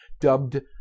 Dubbed